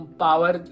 power